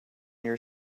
your